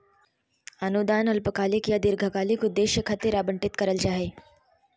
अनुदान अल्पकालिक या दीर्घकालिक उद्देश्य खातिर आवंतित करल जा हय